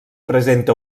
presenta